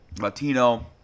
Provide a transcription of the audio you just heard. Latino